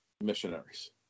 missionaries